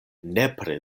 nepre